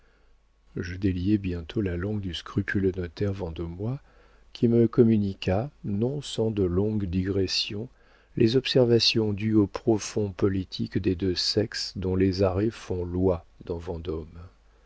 je déliai bientôt la langue du scrupuleux notaire vendomois qui me communiqua non sans de longues digressions les observations dues aux profonds politiques des deux sexes dont les arrêts font loi dans vendôme